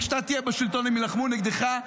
כשאתה תהיה בשלטון הם יילחמו נגדך.